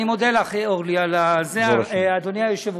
היה סיכום